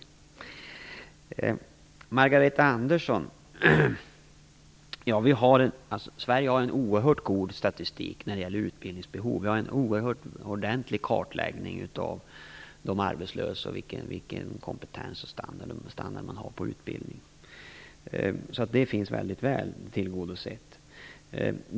Till Margareta Andersson vill jag säga att Sverige har en oerhört god statistik när det gäller utbildningsbehov. Vi har en ordentlig kartläggning av de arbetslösa och vilken kompetens och standard på utbildning de har. Detta är mycket väl tillgodosett.